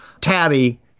tabby